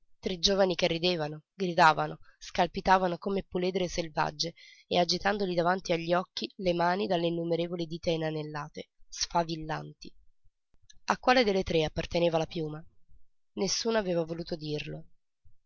tre giovani che ridevano gridavano scalpitando come puledre selvagge e agitandogli davanti agli occhi le mani dalle innumerevoli dita inanellate sfavillanti a quale delle tre apparteneva la piuma nessuna aveva voluto dirlo